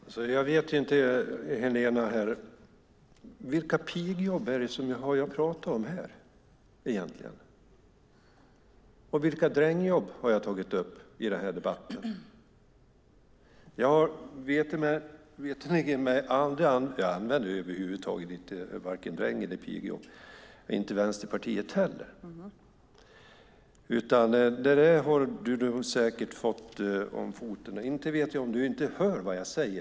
Fru talman! Jag vet inte, Helena, vilka pigjobb det är jag har pratat om här. Och vilka drängjobb är det jag har tagit upp i den här debatten? Jag använder över huvud taget inte orden "drängjobb" eller "pigjobb". Det gör inte Vänsterpartiet. Det där har du säkert fått om bakfoten. Inte vet jag om du inte hör vad jag säger.